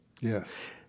Yes